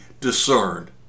discerned